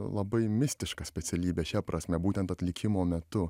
labai mistiška specialybė šia prasme būtent atlikimo metu